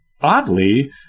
oddly